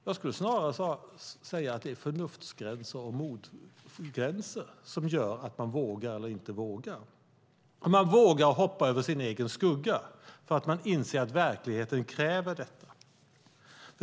Jag skulle snarare säga att det är förnuftsgränser och modgränser som gör att man vågar eller inte vågar. Man vågar hoppa över sin egen skugga för man inser att verkligheten kräver detta.